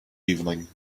evening